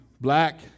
black